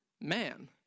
Man